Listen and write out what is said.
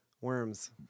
Worms